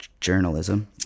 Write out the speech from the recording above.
journalism